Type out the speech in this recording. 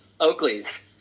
Oakleys